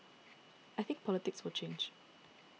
I think the politics will change